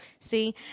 see